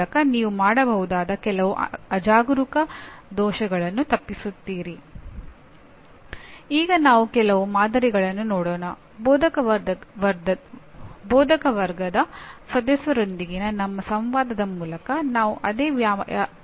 ಮತ್ತು ಇದು ಮಾಹಿತಿ ಸಂಸ್ಕರಣಾ ಕುಟುಂಬ ವೈಯಕ್ತಿಕ ಕುಟುಂಬ ಸಾಮಾಜಿಕ ಕುಟುಂಬ ಮತ್ತು ನಡವಳಿಕೆಯ ವ್ಯವಸ್ಥೆಯ ಕುಟುಂಬವನ್ನು ಹೊಂದಿದೆ